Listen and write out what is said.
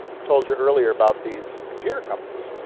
i told you earlier about these computer companies.